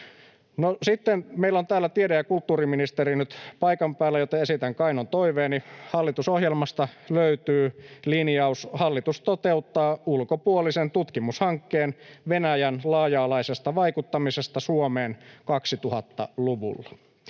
meillä on täällä tiede- ja kulttuuriministeri nyt paikan päällä, joten esitän kainon toiveeni. Hallitusohjelmasta löytyy linjaus ”hallitus toteuttaa ulkopuolisen tutkimushankkeen Venäjän laaja-alaisesta vaikuttamisesta Suomeen 2000-luvulla”.